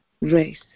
race